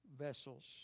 vessels